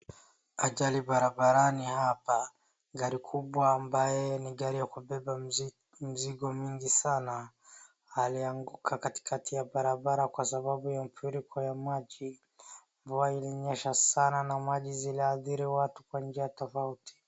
Ajali barabarani hapa. Gari kubwa ambaye ni gari ya kubeba mzigo mingi sana , alianguka katikati ya barabara kwa sababu ya mfuriko ya maji. Mvua ilinyesha sana na maji ziliadhiri watu kwa njia tofauti .